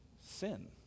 Sin